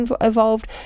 evolved